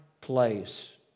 place